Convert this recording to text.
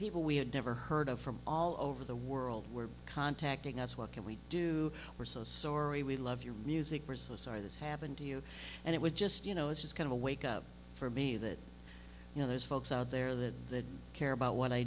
people we had never heard of from all over the world were contacting us what can we do we're so sorry we love your music or so sorry this happened to you and it was just you know it was kind of a wake up for me that you know those folks out there that they care about what i